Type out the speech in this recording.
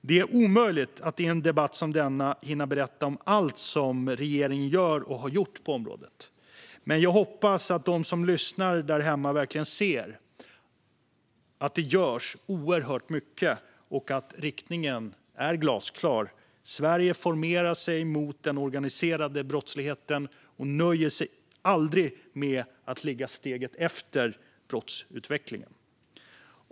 Det är omöjligt att i en debatt som denna hinna berätta om allt som regeringen gör och har gjort på området. Men jag hoppas att de som lyssnar där hemma verkligen ser att det görs oerhört mycket och att riktningen är glasklar. Sverige formerar sig mot den organiserade brottsligheten och nöjer sig aldrig med att ligga steget efter brottsutvecklingen.